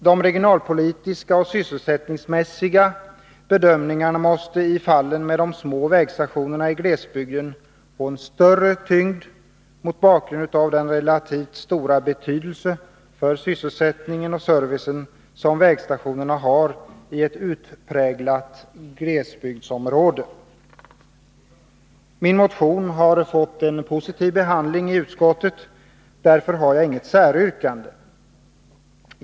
De regionalpolitiska och sysselsättningsmässiga bedömningarna måste i fallet med de små vägstationerna i glesbygd få en större tyngd, mot bakgrund av den relativt stora betydelse för sysselsättning och service som vägstationerna har i ett utpräglat glesbygdsområde. Min motion har fått en positiv behandling i utskottet. Därför har jag inget säryrkande.